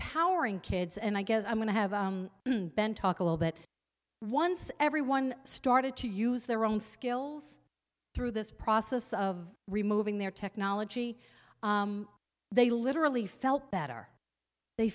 empowering kids and i guess i'm going to have ben talk a little bit once everyone started to use their own skills through this process of removing their technology they literally felt better they